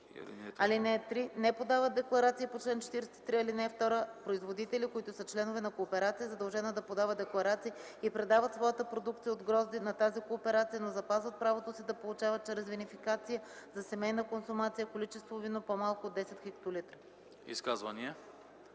(3) Не подават декларации по чл. 43, ал. 2 производители, които са членове на кооперация, задължена да подава декларация, и предават своята продукция от грозде на тази кооперация, но запазват правото си да получават чрез винификация за семейна консумация количество вино, по-малко от 10 хектолитра.”